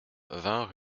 vingt